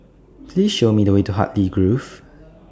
Please Show Me The Way to Hartley Grove